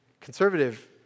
conservative